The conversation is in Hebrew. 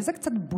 וזו קצת בושה,